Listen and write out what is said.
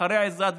אחרי עיזאת,